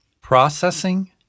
processing